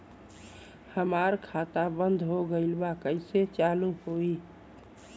हमार खाता बंद हो गईल बा कैसे चालू होई?